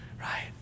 Right